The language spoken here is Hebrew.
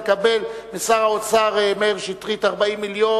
לקבל משר האוצר מאיר שטרית 40 מיליון,